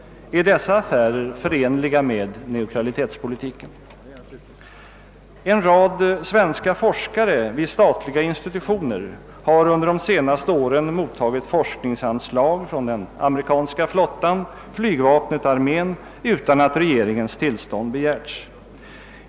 Är dessa affärer förenliga med neutralitetspolitiken? En rad svenska forskare i: statliga institutioner har under de senaste åren mottagit forskningsanslag från den amerikanska flottan, flygvapnet och armén utan att regeringens tillstånd begärts.